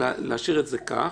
להשאיר את זה כך,